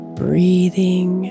breathing